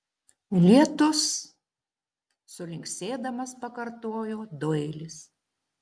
lietus sulinksėdamas pakartojo doilis